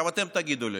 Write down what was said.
אתם תגידו לי,